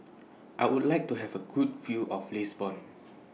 I Would like to Have A Good View of Lisbon